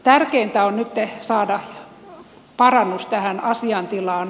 tärkeintä on nyt saada parannus tähän asiantilaan